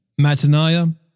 Mataniah